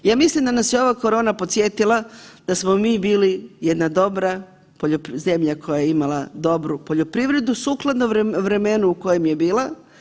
Ja mislim da nas je ova korona podsjetila da smo mi bili jedna dobra zemlja koja je imala dobru poljoprivredu sukladno vremenu u kojem je bila.